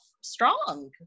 strong